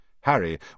Harry